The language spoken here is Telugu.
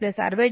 కి సమానం